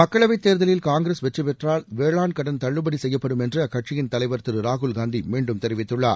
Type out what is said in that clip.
மக்களவைத் தேர்தலில் காங்கிரஸ் வெற்றிபெற்றால் வேளாண் கடன் தள்ளுபடி செய்யப்படும் என்று அக்கட்சியின் தலைவர் திரு ராகுல் காந்தி மீண்டும் தெரிவித்துள்ளார்